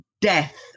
death